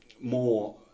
more